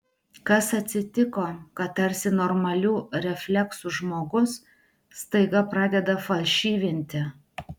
kas atsitiko kad tarsi normalių refleksų žmogus staiga pradeda falšyvinti